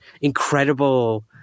incredible